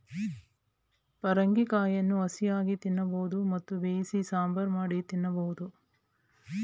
ಪರಂಗಿ ಕಾಯಿಯನ್ನು ಹಸಿಯಾಗಿ ತಿನ್ನಬೋದು ಮತ್ತು ಬೇಯಿಸಿ ಸಾಂಬಾರ್ ಮಾಡಿ ತಿನ್ನಬೋದು